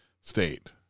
state